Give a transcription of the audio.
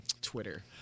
Twitter